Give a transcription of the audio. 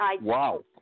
Wow